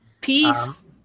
Peace